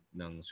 ng